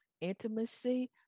intimacy